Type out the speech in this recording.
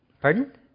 pardon